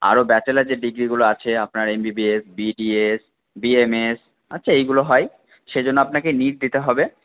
আরো ব্যাচেলার যে ডিগ্রিগুলো আছে আপনার এমবিবিএস বিডিএস বিএমএস আছে এগুলো হয় সেজন্য আপনাকে নীট দিতে হবে